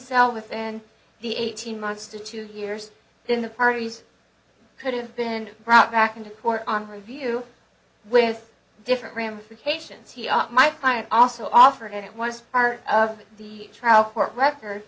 sell within the eighteen months to two years then the parties could have been brought back into court on review with different ramifications here are my fire also offered it was part of the trial court record